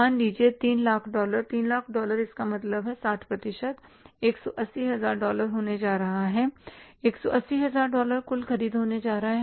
मान लीजिए 3 lakh dollar 3 lakh dollar इसका मतलब है 60 प्रतिशत 180 हजार डॉलर होने जा रहा है 180 हजार डॉलर कुल ख़रीद होने जा रहा है